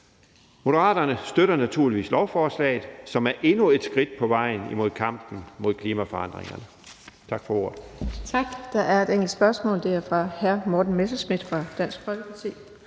Moderaterne støtter naturligvis lovforslaget, som er endnu et skridt på vejen i kampen mod klimaforandringerne. Tak for ordet.